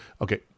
Okay